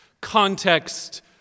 context